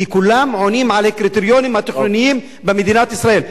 כי כולם עונים על הקריטריונים התכנוניים במדינת ישראל.